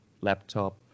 laptop